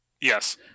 Yes